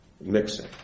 mixing